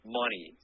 money